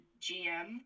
GM